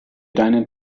deinen